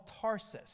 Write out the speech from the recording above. Tarsus